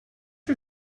you